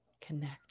Connect